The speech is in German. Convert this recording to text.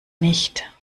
nicht